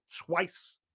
twice